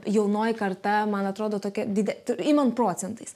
jaunoji karta man atrodo tokia didelė imam procentais